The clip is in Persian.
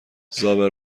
زابه